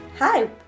Hi